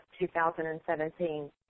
2017